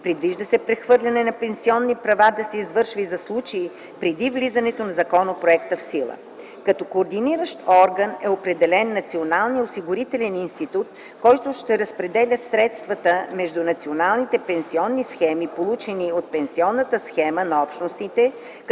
Предвижда се прехвърлянето на пенсионни права да се извършва и за случаи преди влизането на законопроекта в сила. Като координиращ орган е определен Националният осигурителен институт, който ще разпределя средствата между националните пенсионни схеми, получени от пенсионната схема на Общностите